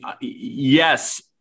yes